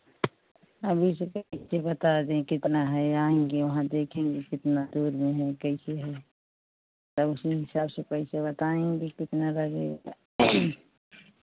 अभी कैसे कैसे बता दें कितना है आएंगे वहाँ देखेंगे कितना दूर में है कैसे है तब उसी हिसाब से पैसे बताएंगे कितना लगेगा